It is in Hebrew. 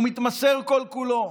הוא מתמסר כל-כולו.